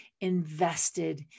invested